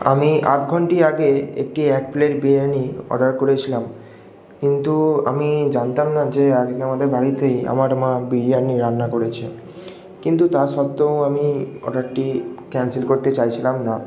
আমি আধ ঘন্টা আগে একটি এক প্লেট বিরিয়ানি অর্ডার করেছিলাম কিন্তু আমি জানতাম না যে আজকে আমাদের বাড়িতে আমার মা বিরিয়ানি রান্না করেছে কিন্তু তা সত্ত্বেও আমি অর্ডারটি ক্যানসেল করতে চাইছিলাম না